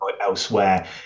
elsewhere